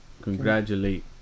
congratulate